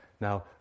Now